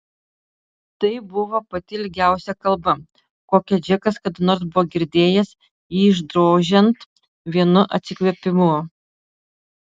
tai buvo pati ilgiausia kalba kokią džekas kada nors buvo girdėjęs jį išdrožiant vienu atsikvėpimu